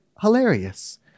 hilarious